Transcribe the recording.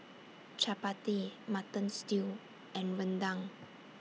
Chappati Mutton Stew and Rendang